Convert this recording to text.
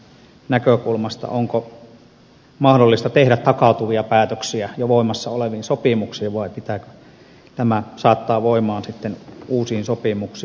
on ko mahdollista tehdä takautuvia päätöksiä jo voimassa oleviin sopimuksiin vai pitääkö tämä saattaa voimaan uusiin sopimuksiin